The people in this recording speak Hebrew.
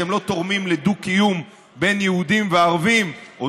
שהם לא תורמים לדו-קיום בין יהודים לערבים או